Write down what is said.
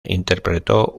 interpretó